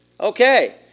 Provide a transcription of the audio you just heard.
Okay